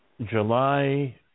July